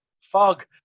fog